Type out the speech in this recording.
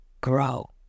grow